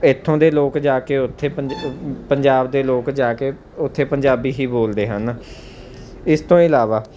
ਇੱਥੋਂ ਦੇ ਲੋਕ ਜਾ ਕੇ ਉੱਥੇ ਪੰਜ ਪੰਜਾਬ ਦੇ ਲੋਕ ਜਾ ਕੇ ਉੱਥੇ ਪੰਜਾਬੀ ਹੀ ਬੋਲਦੇ ਹਨ ਇਸ ਤੋਂ ਇਲਾਵਾ